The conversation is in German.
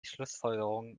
schlussfolgerungen